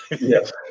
Yes